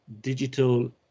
digital